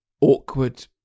awkward